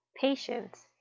patience